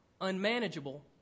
unmanageable